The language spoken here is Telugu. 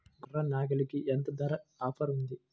గొర్రె, నాగలికి ఎంత ధర ఆఫర్ ఉంది?